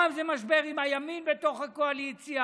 פעם זה משבר עם הימין בתוך הקואליציה,